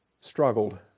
struggled